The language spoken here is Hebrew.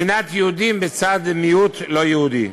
מדינת יהודים לצד מיעוט לא-יהודי.